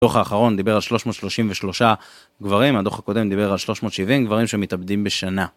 הדוח האחרון דיבר על 333 גברים, הדוח הקודם דיבר על 370 גברים שמתאבדים בשנה.